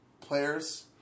players